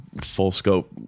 full-scope